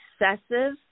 excessive